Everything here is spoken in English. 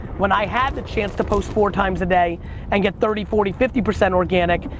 when i had the chance to post four times a day and get thirty, forty, fifty percent organic,